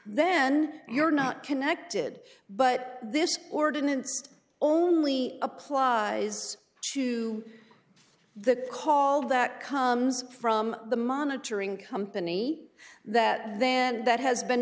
then you're not connected but this ordinance only applies to the call that comes from the monitoring company that then that has been